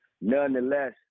Nonetheless